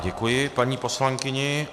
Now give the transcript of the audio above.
Děkuji paní poslankyni.